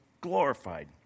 glorified